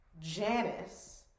Janice